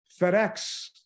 FedEx